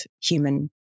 human